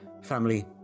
family